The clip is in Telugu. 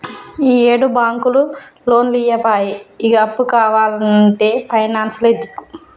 ఈయేడు బాంకులు లోన్లియ్యపాయె, ఇగ అప్పు కావాల్నంటే పైనాన్సులే దిక్కు